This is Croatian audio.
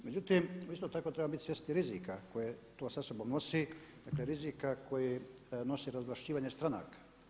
Međutim, isto tako trebamo biti svjesni rizika koji to sa sobom nosi, dakle rizika koji nosi razvlašćivanje stranaka.